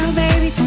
baby